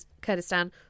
Kurdistan